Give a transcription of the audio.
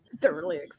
thoroughly